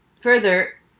further